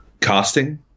casting